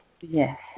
Yes